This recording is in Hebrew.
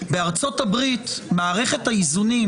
היא אומרת שבארצות הברית מערכת האיזונים